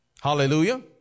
Hallelujah